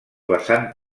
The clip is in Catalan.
vessant